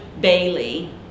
Bailey